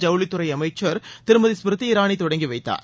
ஜவுளித்துறை அமைச்சர் திருமதி ஸ்மிருதி இராளி தொடங்கி வைத்தார்